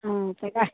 हुँ तऽ गा